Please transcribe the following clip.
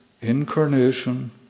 incarnation